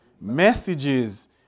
Messages